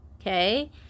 okay